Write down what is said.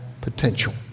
potential